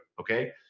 Okay